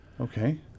Okay